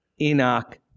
Enoch